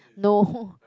no